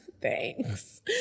thanks